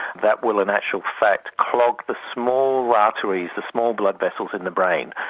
that will in actual fact clog the small arteries, the small blood vessels in the brain.